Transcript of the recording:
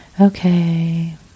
okay